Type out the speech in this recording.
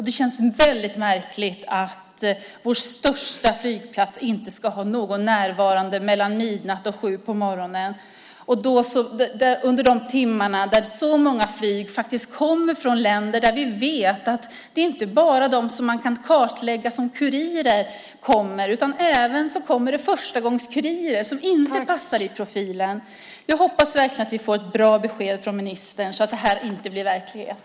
Det känns mycket märkligt att vår största flygplats inte ska ha någon närvarande mellan midnatt och sju på morgonen, under de timmar då så många flyg faktiskt kommer från länder varifrån vi vet att det inte bara är de som man kan kartlägga som kurirer som kommer utan även förstagångskurirer som inte passar i profilen. Jag hoppas verkligen att vi får ett bra besked från ministern så att det här inte blir verklighet.